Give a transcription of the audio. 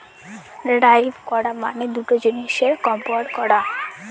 derive করা মানে দুটা জিনিসের কম্পেয়ার করা